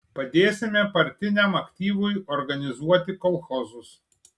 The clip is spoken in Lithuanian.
padėsime partiniam aktyvui organizuoti kolchozus